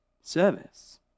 service